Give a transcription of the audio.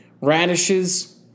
radishes